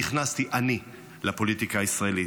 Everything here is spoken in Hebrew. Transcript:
נכנסתי אני לפוליטיקה הישראלית.